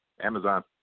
Amazon